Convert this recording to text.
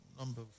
number